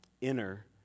inner